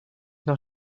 noch